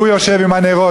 והוא יושב עם הנרות,